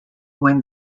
when